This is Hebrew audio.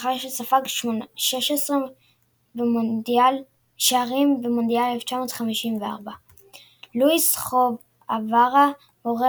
לאחר שספג 16 שערים במונדיאל 1954. לואיס חואבארה מורה